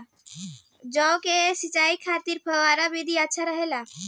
जौ के सिंचाई खातिर फव्वारा विधि अच्छा रहेला?